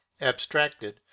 abstracted